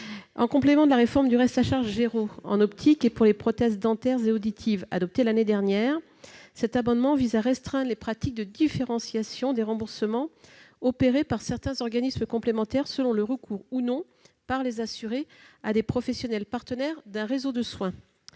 En complément de la réforme du reste à charge zéro pour l'optique et les prothèses dentaires et auditives adoptée l'année dernière, cet amendement vise à restreindre les pratiques de différenciation des remboursements de certains organismes complémentaires selon que les assurés ont eu recours ou non à des professionnels partenaires d'un réseau de soins.